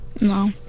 No